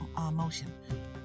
motion